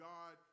God